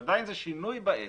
ועדיין זה שינוי בעסק,